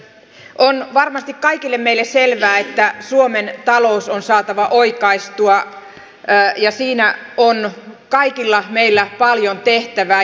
on varmasti kaikille meille selvää että suomen talous on saatava oikaistua ja siinä on kaikilla meillä paljon tehtävää